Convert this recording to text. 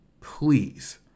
please